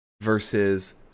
versus